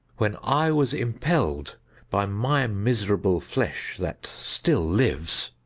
when i was impelled by my miserable flesh that still lives.